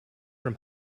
from